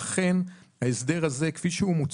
לכן, ההסדר הזה כפי שהוא מוצע,